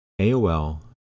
AOL